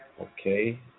Okay